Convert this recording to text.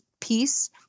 piece